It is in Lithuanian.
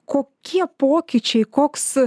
kokie pokyčiai koks